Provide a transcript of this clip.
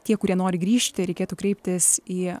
tie kurie nori grįžti reikėtų kreiptis į